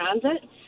transit